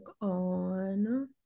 on